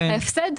ההפסד,